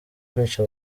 kwica